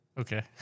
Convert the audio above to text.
Okay